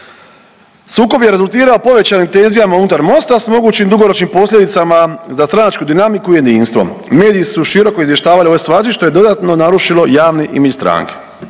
Sukob je rezultirao povećanim tenzijama unutar Mosta s mogućim dugoročnim posljedicama za stranačku dinamiku i jedinstvo. Mediji su široko izvještavali o ovoj svađi što je dodatno narušilo javni image stranke.